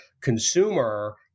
consumer